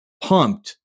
pumped